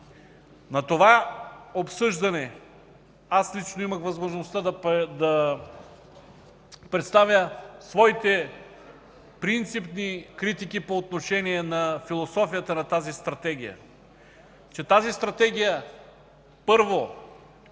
На това обсъждане аз лично имах възможността да представя своите принципни критики по отношение на философията на тази Стратегия, че тя, първо,